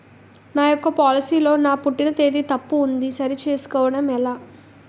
నా యెక్క పోలసీ లో నా పుట్టిన తేదీ తప్పు ఉంది సరి చేసుకోవడం ఎలా?